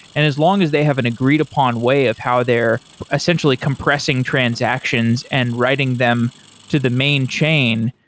and as long as they have an agreed-upon way of how they're essentially compressing transactions and writing them to the main chain,